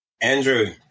Andrew